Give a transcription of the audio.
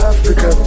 Africa